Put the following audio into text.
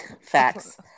Facts